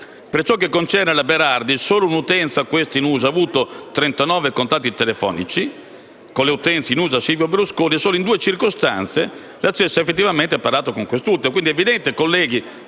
Per ciò che concerne la Berardi, solo un'utenza a questa in uso ha avuto 39 contatti telefonici con le utenze in uso a Silvio Berlusconi, e solo in due circostanze la stessa ha effettivamente parlato con quest'ultimo.